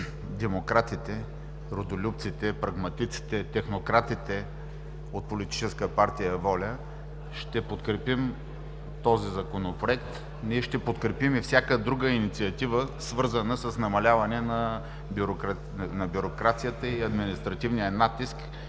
демократите, родолюбците, прагматиците, технократите от Политическа партия „Воля“, ще подкрепим този Законопроект. Ще подкрепим и всяка друга инициатива, свързана с намаляване на бюрокрацията и административния натиск